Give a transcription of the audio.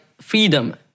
freedom